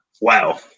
Wow